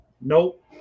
Nope